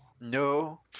No